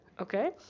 Okay